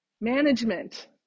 management